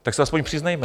Tak se alespoň přiznejme.